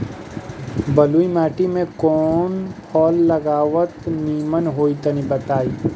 बलुई माटी में कउन फल लगावल निमन होई तनि बताई?